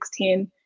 2016